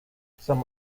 some